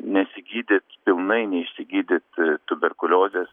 nesigydyt pilnai neišsigydyt tuberkuliozės